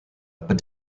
but